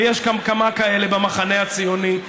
ויש גם כמה כאלה במחנה הציוני,